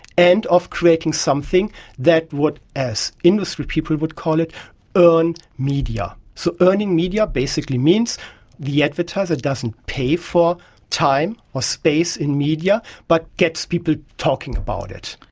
and of creating something that would, industry people would call it earn media. so earning media basically means the advertiser doesn't pay for time or space in media, but gets people talking about it.